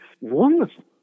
wonderful